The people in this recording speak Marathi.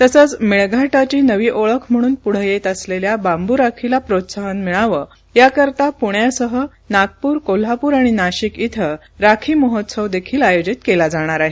तसंच मेळघाटची नवी ओळख म्हणून पुढे येत असलेल्या बांबू राखीला प्रोत्साहन मिळावं याकरता पुण्यासह नागपूर कोल्हापूर आणि नाशिक इथं राखी महोत्सव देखील साजरा केला जाणार आहे